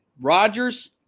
Rodgers